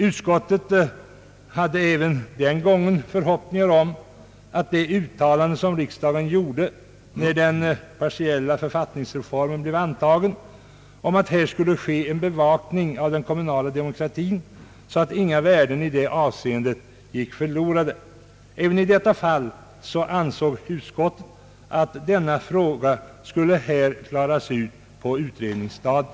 Utskottet litade på det uttalande som riksdagen gjorde när den partiella författningsreformen antogs, nämligen att en bevakning av den kommunala demokratin här skulle ske så att inga värden i det avseendet gick förlorade. Men även i detta fall ansåg utskottet att frågan skulle klaras på utredningsstadiet.